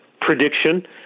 prediction